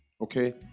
okay